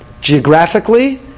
Geographically